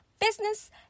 business